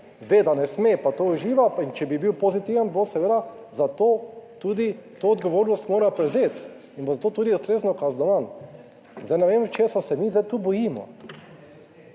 ve, da ne sme, pa to uživa in če bi bil pozitiven, bo seveda za to tudi to odgovornost mora prevzeti in bo za to tudi ustrezno kaznovan. Zdaj, ne vem, česa se mi zdaj tu bojimo.